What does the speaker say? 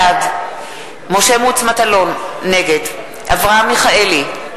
בעד משה מטלון, נגד אברהם מיכאלי,